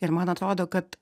ir man atrodo kad